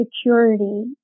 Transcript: security